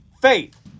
faith